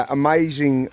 amazing